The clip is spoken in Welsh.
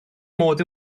modd